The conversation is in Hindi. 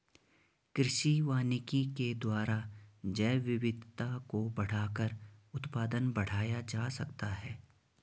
कृषि वानिकी के द्वारा जैवविविधता को बढ़ाकर उत्पादन बढ़ाया जा सकता है